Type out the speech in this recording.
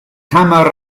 tama